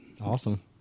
awesome